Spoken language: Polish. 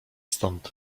stąd